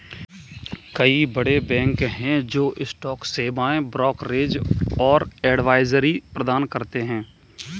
कई बड़े बैंक हैं जो स्टॉक सेवाएं, ब्रोकरेज और एडवाइजरी प्रदान करते हैं